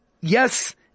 yes